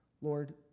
Lord